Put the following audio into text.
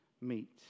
meet